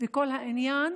וכל העניין